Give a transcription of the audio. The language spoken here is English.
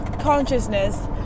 consciousness